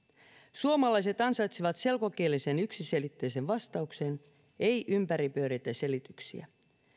suomalaiset ansaitsevat selkokielisen yksiselitteisen vastauksen ei ympäripyöreitä selityksiä